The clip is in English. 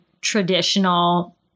traditional